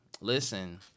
listen